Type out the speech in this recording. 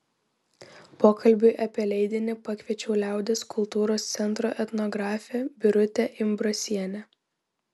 pokalbiui apie leidinį pakviečiau liaudies kultūros centro etnografę birutę imbrasienę